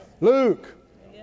Luke